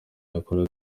yakoraga